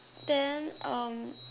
then um